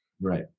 Right